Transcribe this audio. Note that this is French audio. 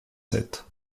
sept